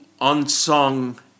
unsung